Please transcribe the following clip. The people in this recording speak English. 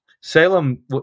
Salem